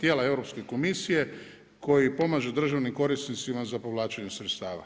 tijela Europske komisije, koji pomaže državnim korisnicima za povlačenje sredstava.